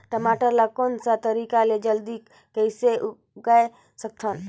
टमाटर ला कोन सा तरीका ले जल्दी कइसे उगाय सकथन?